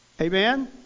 Amen